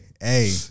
hey